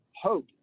hope